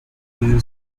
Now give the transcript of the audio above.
you